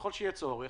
וככל שיהיה צורך,